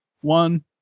one